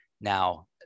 Now